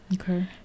Okay